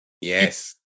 Yes